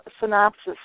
synopsis